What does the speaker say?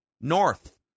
NORTH